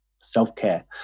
self-care